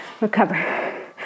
recover